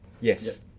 Yes